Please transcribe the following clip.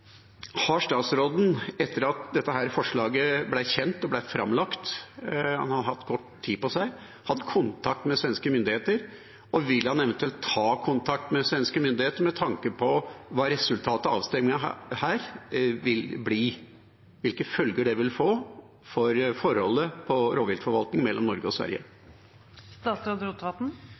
Har statsråden, etter at dette forslaget ble kjent og framlagt – han har hatt kort tid på seg – hatt kontakt med svenske myndigheter, og vil han eventuelt ta kontakt med svenske myndigheter med tanke på hva resultatet av avstemningen her vil bli, og hvilke følger det vil få for forholdet mellom Norge og